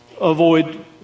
avoid